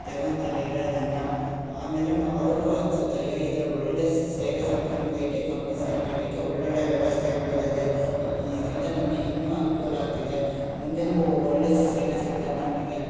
ತಗೋತಾರೆ ಇರೋದನ್ನು ಆಮೇಲೆ ಮ ಅವ್ರಿಗು ಅನ್ಸುತ್ತೆ ಅಯ್ಯೊ ಇದ್ರಲ್ಲಿ ಒಳ್ಳೆಯ ಸೇವೆ ಸಿಕ್ತು ನಮ್ಗೆ ಐ ಟಿ ಕಂಪ್ನೀ ಸೇರ್ಕಂಡಿದ್ಕೆ ಒಳ್ಳೊಳ್ಳೆಯ ವ್ಯವಸ್ಥೆಗಳಿದ್ದಾವೆ ಈ ಇದರಿಂದ ನಮಿಗೆ ಇನ್ನೂ ಅನುಕೂಲ ಆಗ್ತಿದೆ ಮುಂದೆಯು ಒಳ್ಳೆಯ ಸೇವೆ ಸಿಗ್ತದೆ ನಮಗೆ